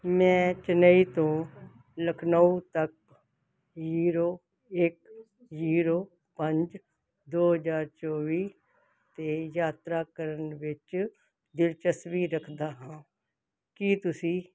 ਮੈਂ ਚੇਨਈ ਤੋਂ ਲਖਨਊ ਤੱਕ ਜ਼ੀਰੋ ਇੱਕ ਜ਼ੀਰੋ ਪੰਜ ਦੋ ਹਜ਼ਾਰ ਚੌਵੀ 'ਤੇ ਯਾਤਰਾ ਕਰਨ ਵਿੱਚ ਦਿਲਚਸਪੀ ਰਖਦਾ ਹਾਂ ਕੀ ਤੁਸੀਂ